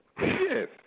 Yes